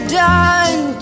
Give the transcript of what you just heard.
done